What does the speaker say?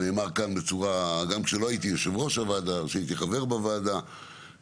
זה נאמר בצורה מפורשת גם כשהייתי חבר בוועדה ולא היושב-ראש,